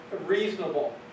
reasonable